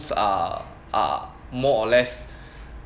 are are more or less